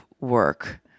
work